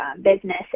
business